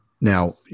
Now